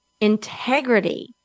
integrity